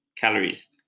calories